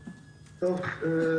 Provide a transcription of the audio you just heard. מאוד,